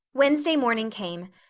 wednesday morning came.